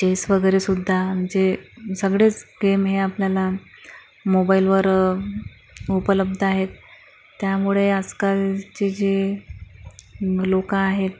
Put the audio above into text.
chess वगैरे सुद्धा म्हणजे सगळेच गेम हे आपल्याला मोबाईलवर उपलब्ध आहेत त्यामुळे आजकालचे जे लोकं आहेत